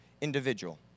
individual